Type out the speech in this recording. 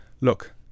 Look